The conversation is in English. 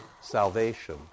salvation